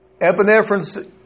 epinephrine